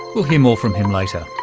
we'll hear more from him later.